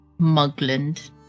Mugland